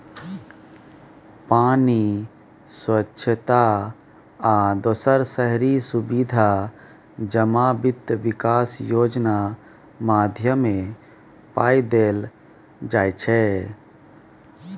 पानि, स्वच्छता आ दोसर शहरी सुबिधा जमा बित्त बिकास योजना माध्यमे पाइ देल जाइ छै